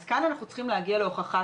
אז כאן אנחנו צריכים להגיע להוכחת